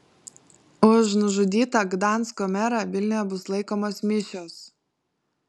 už nužudytą gdansko merą vilniuje bus laikomos mišios